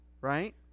Right